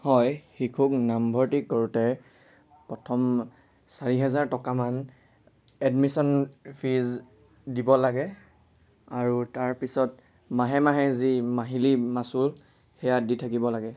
হয় শিশুক নামভৰ্তি কৰোঁতে প্ৰথম চাৰি হেজাৰ টকামান এডমিশ্যন ফিজ দিব লাগে আৰু তাৰপিছত মাহে মাহে যি মাহিলী মাচুল সেয়া দি থাকিব লাগে